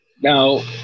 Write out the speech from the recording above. Now